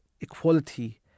equality